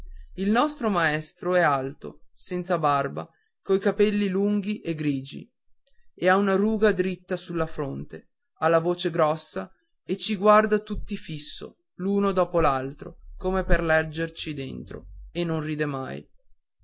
il nostro maestro è alto senza barba coi capelli grigi e lunghi e ha una ruga diritta sulla fronte ha la voce grossa e ci guarda tutti fisso l'un dopo l'altro come per leggerci dentro e non ride mai